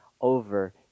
over